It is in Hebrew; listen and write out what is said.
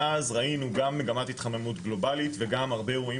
מאז ראינו גם מגמת התחממות גלובלית וגם הרבה אירועים